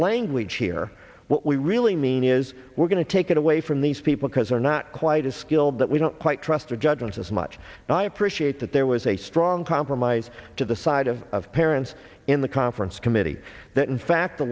language here what we really mean is we're going to take it away from these people because they're not quite as skilled that we don't quite trust her judgment as much and i appreciate that there was a strong compromise to the side of of parents in the conference committee that in fact the